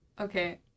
Okay